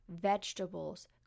vegetables